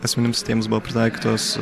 asmenims tiems buvo pritaikytos